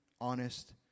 honest